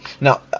now